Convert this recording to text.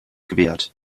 gewährt